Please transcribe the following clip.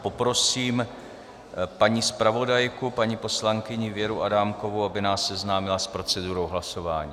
Poprosím paní zpravodajku, paní poslankyni Věru Adámkovou, aby nás seznámila s procedurou hlasování.